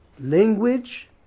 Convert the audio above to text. Language